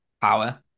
power